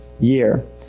year